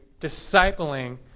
discipling